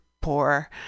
poor